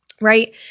right